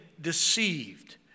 deceived